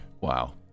Wow